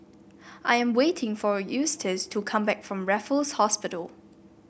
I am waiting for Eustace to come back from Raffles Hospital